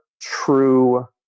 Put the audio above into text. true